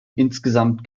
insgesamt